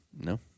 No